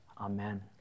Amen